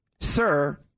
Sir